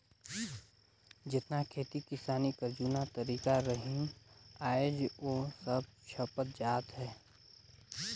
जेतना खेती किसानी कर जूना तरीका रहिन आएज ओ सब छपत जात अहे